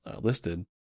listed